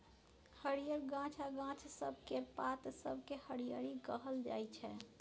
हरियर घास आ गाछ सब केर पात सबकेँ हरियरी कहल जाइ छै